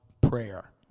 prayer